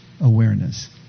awareness